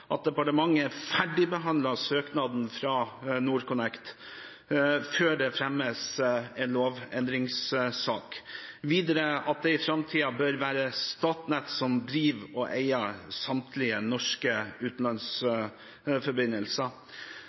at departementet ferdigbehandler søknaden fra NorthConnect før det fremmes en lovendringssak, videre at det i framtiden bør være Statnett som driver og eier samtlige norske utenlandsforbindelser.